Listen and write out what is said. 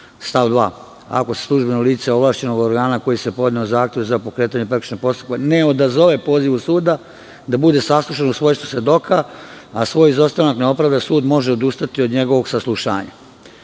stav 2 – ako se službeno lice ovlašćenog organa koji je podneo zahtev za pokretanje prekršajnog postupka ne odazove pozivu suda, da bude saslušano u svojstvu svedoka, a svoj izostanak ne opravda, sud može odustati od njegovog saslušanja.